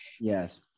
yes